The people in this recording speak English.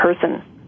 person